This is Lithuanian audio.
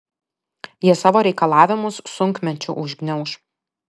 jie savo reikalavimus sunkmečiu užgniauš